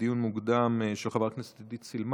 בדיון מוקדם של חברת הכנסת עידית סילמן.